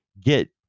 get